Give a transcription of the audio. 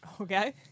okay